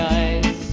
eyes